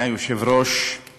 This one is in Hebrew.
הממשלה